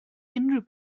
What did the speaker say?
unrhyw